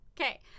Okay